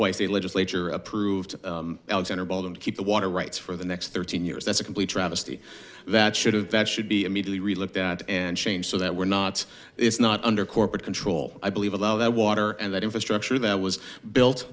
was the legislature approved alexander bottom to keep the water rights for the next thirteen years that's a complete travesty that should have that should be immediately really looked at and changed so that we're not it's not under corporate control i believe all of that water and that infrastructure that was built